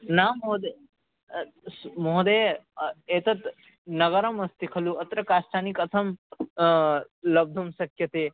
न महोदय स् महोदय एतत् नगरमस्ति खलु अत्र काष्ठानि कथं लब्धुं शक्यते